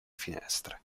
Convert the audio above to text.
finestre